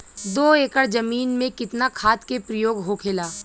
दो एकड़ जमीन में कितना खाद के प्रयोग होखेला?